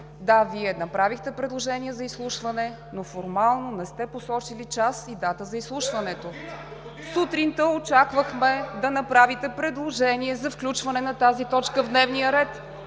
Да, Вие направихте предложение за изслушване, но формално не сте посочили час и дата за изслушването. (Реплики и провиквания.) Сутринта очаквахме да направите предложение за включване на тази точка в дневния ред.